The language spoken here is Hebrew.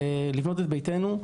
לבנות את ביתנו,